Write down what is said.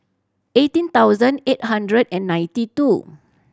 eighteen thousand eight hundred and ninety two